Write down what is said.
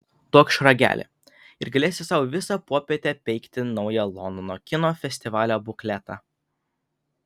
duokš ragelį ir galėsi sau visą popietę peikti naują londono kino festivalio bukletą